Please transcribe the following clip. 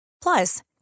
Plus